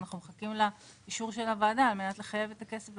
אנחנו מחכים לאישור של הוועדה על מנת לחייב את הכסף,